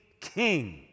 king